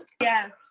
Yes